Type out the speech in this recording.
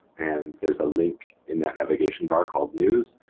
and there's a link in that navigation bar called news.